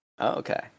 Okay